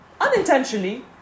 unintentionally